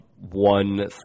One